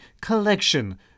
collection